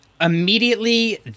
immediately